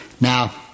Now